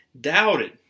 doubted